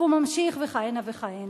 והוא ממשיך כהנה וכהנה.